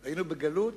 היה בגלות